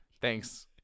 thanks